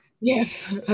Yes